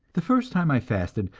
the first time i fasted,